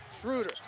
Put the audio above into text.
Schroeder